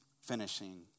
finishing